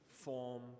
form